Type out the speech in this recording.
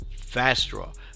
FastDraw